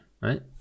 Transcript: right